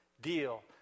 deal